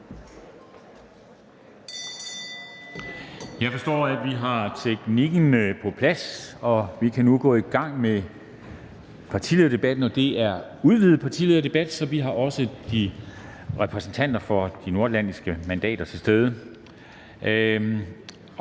Jeg forstår, at vi har teknikken på plads. Vi kan nu gå i gang med partilederdebatten. Det er en udvidet partilederdebat, så vi har også de nordatlantiske repræsentanter til stede.